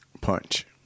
Punch